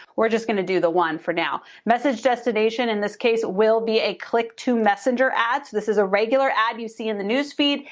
we're just gonna do the one for now. message destination in this case will be a click to messenger ads. this is a regular ad you see in the newsfeed,